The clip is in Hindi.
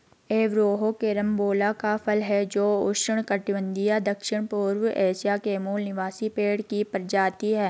एवरोहो कैरम्बोला का फल है जो उष्णकटिबंधीय दक्षिणपूर्व एशिया के मूल निवासी पेड़ की प्रजाति है